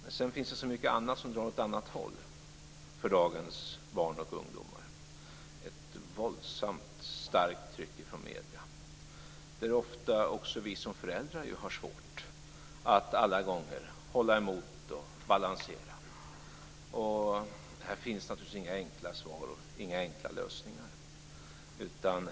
Men sedan finns det så mycket annat som drar åt ett annat håll för dagens barn och ungdomar. Det är ett våldsamt starkt tryck från medierna, och ofta har ju också vi som föräldrar svårt att hålla emot och balansera. Här finns naturligtvis inga enkla svar och inga enkla lösningar.